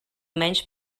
menys